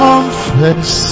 Confess